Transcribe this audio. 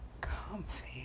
comfy